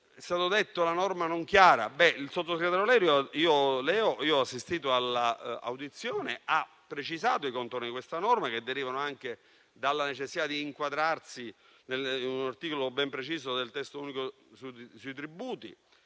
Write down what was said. la norma non è chiara. Ebbene, il sottosegretario Leo - ho assistito alla audizione - ha precisato i contorni di questa norma, che derivano anche dalla necessità di inquadrarsi in un articolo ben preciso del Testo unico sui tributi